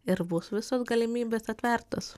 ir bus visos galimybės atvertos